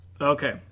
Okay